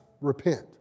repent